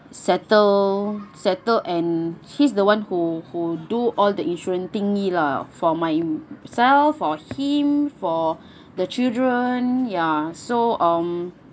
settle settle and he's the one who who do all the insurance thingy lah for myself for him for the children ya so um